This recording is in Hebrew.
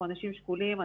אנחנו אנשים שקולים,